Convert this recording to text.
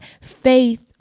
faith